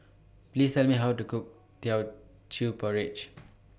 Please Tell Me How to Cook Teochew Porridge